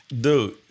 Dude